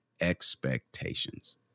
expectations